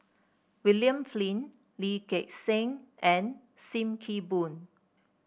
William Flint Lee Gek Seng and Sim Kee Boon